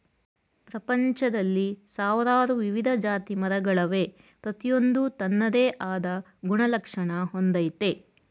ಪ್ರಪಂಚ್ದಲ್ಲಿ ಸಾವ್ರಾರು ವಿವಿಧ ಜಾತಿಮರಗಳವೆ ಪ್ರತಿಯೊಂದೂ ತನ್ನದೇ ಆದ್ ಗುಣಲಕ್ಷಣ ಹೊಂದಯ್ತೆ